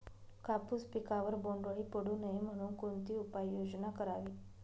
कापूस पिकावर बोंडअळी पडू नये म्हणून कोणती उपाययोजना करावी?